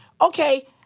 okay